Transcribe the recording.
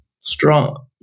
strong